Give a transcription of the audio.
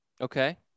Okay